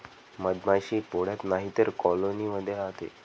मधमाशी पोळ्यात नाहीतर कॉलोनी मध्ये राहते